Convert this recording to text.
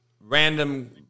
random